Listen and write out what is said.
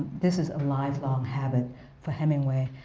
this is a lifelong habit for hemingway,